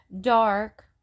dark